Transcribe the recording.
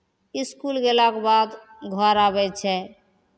इसकुल गयलाके बाद घर आबै छै